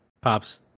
pops